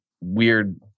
weird